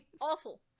Awful